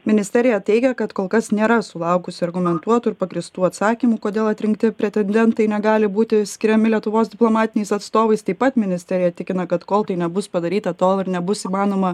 ministerija teigia kad kol kas nėra sulaukusi argumentuotų ir pagrįstų atsakymų kodėl atrinkti pretendentai negali būti skiriami lietuvos diplomatiniais atstovais taip pat ministerija tikina kad kol tai nebus padaryta tol ir nebus įmanoma